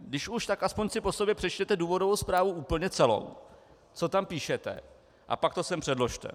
Když už, tak aspoň si po sobě přečtěte důvodovou zprávu úplně celou, co tam píšete, a pak to sem předložte.